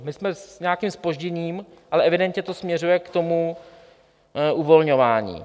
My jsme s nějakým zpožděním, ale evidentně to směřuje k tomu uvolňování.